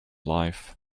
life